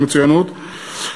מרכזי המצוינות,